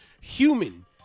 Human